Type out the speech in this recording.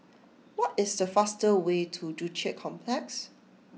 what is the fastest way to Joo Chiat Complex